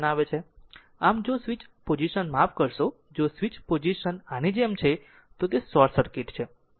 આમ જો switch position માફ કરશો જો સ્વીચ પોઝિશન આની જેમ છે તો તે શોર્ટ સર્કિટ છે